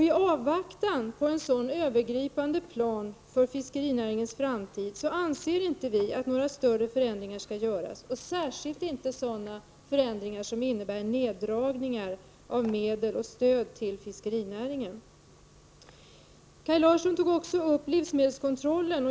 I avvaktan på en sådan övergripande plan för fiskerinäringens framtid anser vi inte att några större förändringar skall göras, särskilt inte sådana förändringar som innebär neddragningar av medel och stöd till fiskerinäringen. Kaj Larsson tog upp livsmedelskontrollen.